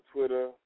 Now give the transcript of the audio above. Twitter